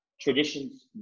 Traditions